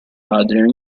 adrian